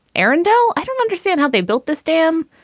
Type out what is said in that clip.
aaron do. i don't understand how they built this dam.